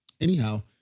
Anyhow